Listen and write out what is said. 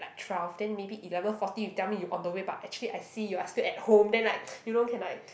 twelve then maybe eleven forty you tell me you on the way but actually I see you are still at home then like you know can like